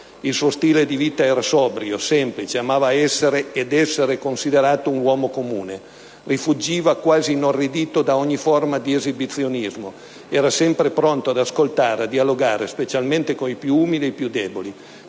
Il suo stile di vita era sobrio, semplice (...) amava essere ed essere considerato un uomo comune. Rifuggiva, quasi inorridito, da ogni forma di esibizionismo. Era sempre pronto ad ascoltare, a dialogare, specialmente con i più umili e i più deboli,